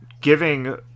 giving